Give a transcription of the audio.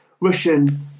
Russian